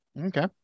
Okay